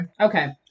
okay